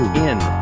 in